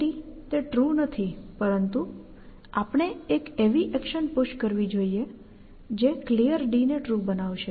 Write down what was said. Clear તે true નથી પરંતુ આપણે એક એવી એક્શન પુશ કરવી જોઈએ જે Clear ને ટ્રુ બનાવશે